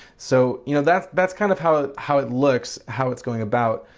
so you know that's that's kind of how ah how it looks, how it's going about.